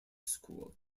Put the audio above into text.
school